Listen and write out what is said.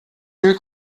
viel